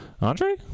Andre